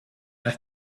have